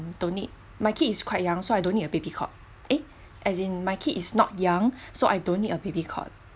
don't need my kid is quite young so I don't need a baby cot eh as in my kid is not young so I don't need a baby cot